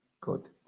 good